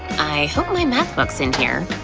i hope my math book's in here.